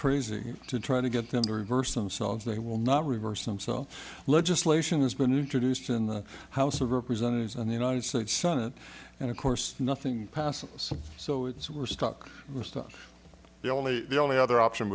crazy to try to get them to reverse themselves they will not reverse themselves legislation has been introduced in the house of representatives and the united states senate and of course nothing passes so it's we're stuck stuck the only the only other option